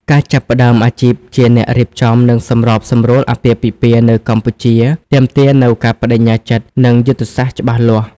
ការចាប់ផ្តើមអាជីពជាអ្នករៀបចំ និងសម្របសម្រួលអាពាហ៍ពិពាហ៍នៅកម្ពុជាទាមទារនូវការប្តេជ្ញាចិត្ត និងយុទ្ធសាស្ត្រច្បាស់លាស់។